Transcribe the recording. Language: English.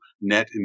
net